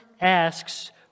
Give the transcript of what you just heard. asks